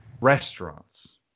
Restaurants